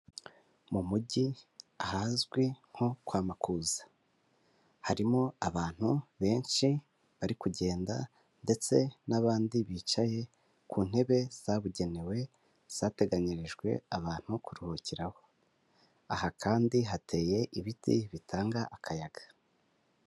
Mu mujyi ahazwi nko kwa Makuza harimo abantu benshi bari kugenda ndetse n'abandi bicaye ku ntebe zabugenewe zateganyirijwe abantu kuruhukiraho, aha kandi hateye ibiti bitanga akayaga.